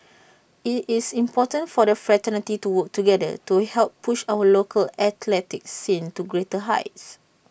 IT is important for the fraternity to work together to help push our local athletics scene to greater heights